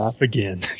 again